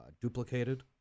duplicated